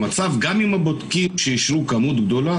שהמצב לא טוב גם עם זה שאישור כמות בודקים גדולה.